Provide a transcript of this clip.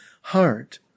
heart